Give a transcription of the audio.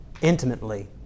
intimately